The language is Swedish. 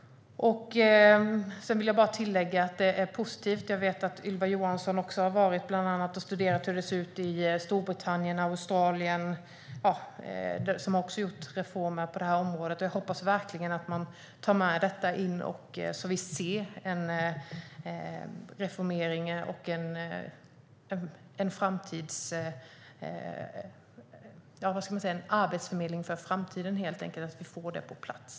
Sedan vill jag bara tillägga något som är positivt, nämligen att Ylva Johansson har varit i bland annat Storbritannien och Australien, som har gjort reformer på det här området, och studerat hur det ser ut där. Jag hoppas verkligen att man tar med sig detta in i arbetet, så att vi får en reformering och en arbetsförmedling för framtiden på plats.